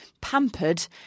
pampered